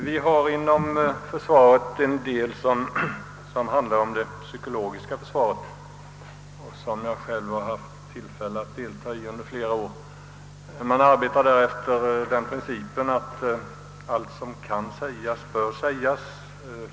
Herr talman! Inom totalförsvaret har ri även det s.k. psykologiska försvaret, 7ars arbete jag själv har tagit del av ander flera år. Dess principer innebär bl.a. att allt som kan sägas också bör sägas.